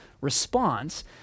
response